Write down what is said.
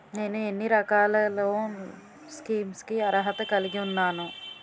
నేను ఎన్ని రకాల లోన్ స్కీమ్స్ కి అర్హత కలిగి ఉన్నాను?